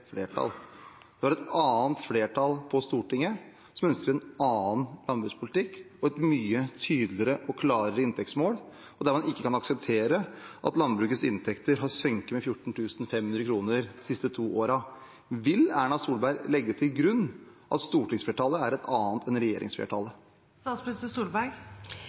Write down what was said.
et annet flertall på Stortinget som ønsker en annen landbrukspolitikk og et mye tydeligere og klarere inntektsmål – en kan ikke akseptere at landbrukets inntekter har sunket med 14 500 kr de siste to årene. Vil Erna Solberg legge til grunn at stortingsflertallet er et annet enn